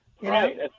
Right